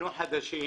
חדשים